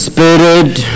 Spirit